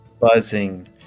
buzzing